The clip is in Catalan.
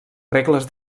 regles